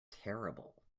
terrible